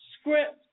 script